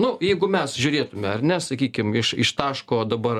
nu jeigu mes žiūrėtume ar ne sakykim iš iš taško dabar